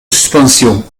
suspension